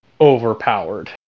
overpowered